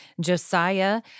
Josiah